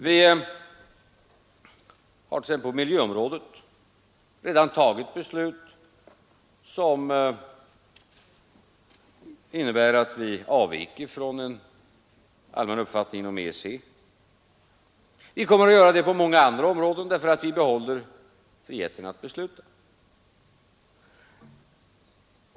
Vi har t.ex. på miljöområdet redan tagit beslut, som innebär att vi avvikit från en allmän uppfattning inom EEC. Vi kommer att göra det på många andra områden därför att vi behåller friheten att besluta.